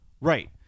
Right